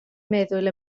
meddwl